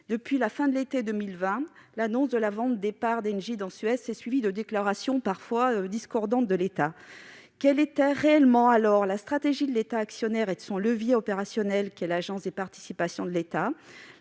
Depuis la fin de l'été 2020, l'annonce de la vente des parts d'Engie dans Suez a été suivie de déclarations parfois discordantes au sein de l'État. Quelle était alors réellement la stratégie de l'État actionnaire et de son levier opérationnel qu'est l'Agence des participations de l'État